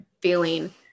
feeling